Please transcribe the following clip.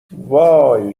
وای